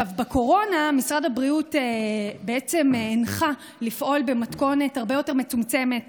בקורונה משרד הבריאות הנחה לפעול במתכונת הרבה יותר מצומצמת